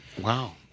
Wow